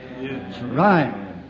Right